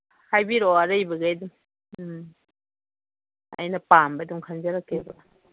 ꯍꯥꯏꯕꯤꯔꯛꯑꯣ ꯑꯔꯩꯕꯒꯩ ꯑꯗꯨꯝ ꯎꯝ ꯑꯩꯅ ꯄꯥꯝꯕ ꯑꯗꯨꯝ ꯈꯟꯖꯔꯛꯀꯦꯕ